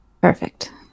Perfect